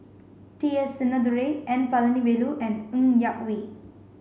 T S Sinnathuray N Palanivelu and Ng Yak Whee